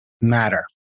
matter